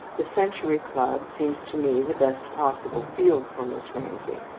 the century club seems to me the best possible field for miss ramsay.